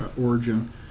origin